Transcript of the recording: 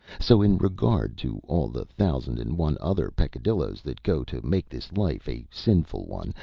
so in regard to all the thousand and one other peccadilloes that go to make this life a sinful one.